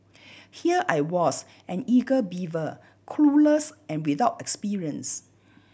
here I was an eager beaver clueless and without experience